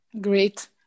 Great